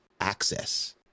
access